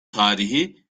tarihi